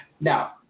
Now